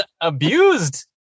abused